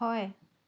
হয়